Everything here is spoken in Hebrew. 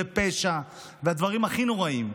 פשע והדברים הכי נוראיים.